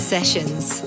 Sessions